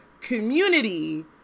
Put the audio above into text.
community